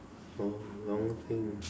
a long thing